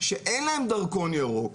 שאין להם דרכון ירוק,